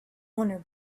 owner